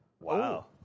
Wow